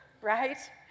Right